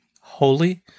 holy